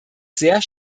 sehr